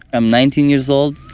i'm nineteen years old,